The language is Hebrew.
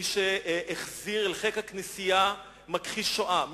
מי שהחזיר אל חיק הכנסייה מכחיש שואה,